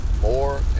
more